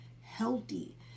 healthy